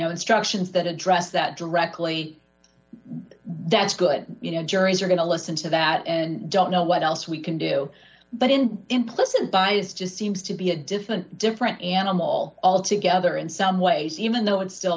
know instructions that address that directly that's good you know juries are going to listen to that and don't know what else we can do but in implicit bias just seems to be a different different animal altogether in some ways even though it's still